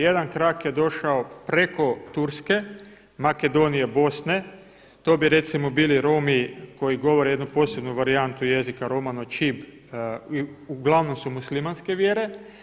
Jedan krak je došao preko Turske, Makedonije, Bosne, to bi recimo bili Romi koji govore jednu posebnu varijantu jezika romano čib, uglavnom su muslimanske vjere.